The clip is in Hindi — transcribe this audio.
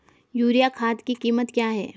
यूरिया खाद की कीमत क्या है?